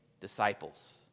disciples